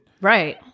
Right